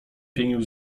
pienił